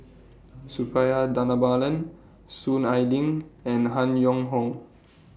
Suppiah Dhanabalan Soon Ai Ling and Han Yong Hong